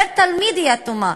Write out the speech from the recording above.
פר-תלמיד היא אטומה,